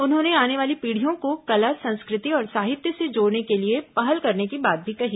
उन्होंने आने वाली पीढ़ियों को कला संस्कृति और साहित्य से जोड़ने के लिए पहल करने की बात भी कही